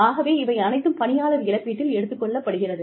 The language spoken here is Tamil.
ஆகவே இவை அனைத்தும் பணியாளர் இழப்பீட்டில் எடுத்துக் கொள்ளப்படுகிறது